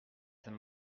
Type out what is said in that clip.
c’est